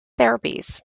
therapies